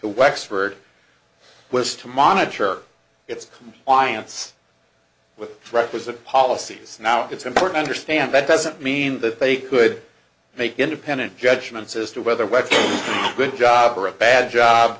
wexford was to monitor its compliance with requisite policies now it's important to understand that doesn't mean that they could make independent judgments as to whether what's good job or a bad job